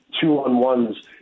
two-on-ones